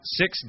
six